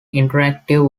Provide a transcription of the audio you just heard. interactive